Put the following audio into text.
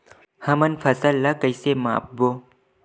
हमन फसल ला कइसे माप बो?